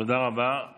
תודה רבה.